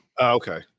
Okay